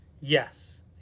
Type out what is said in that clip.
Yes